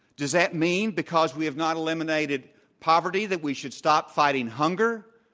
does that mean, because we have not eliminated poverty that we should stop fighting hunger?